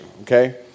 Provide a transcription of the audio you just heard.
Okay